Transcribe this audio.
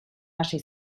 hasi